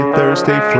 Thursday